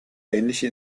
ähnliche